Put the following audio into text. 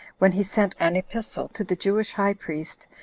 when he sent an epistle to the jewish high priest,